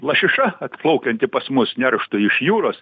lašiša atplaukianti pas mus nerštui iš jūros